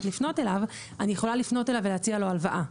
לפנות אליו אני יכולה לפנות אליו ולהציע לו הלוואה.